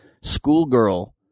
schoolgirl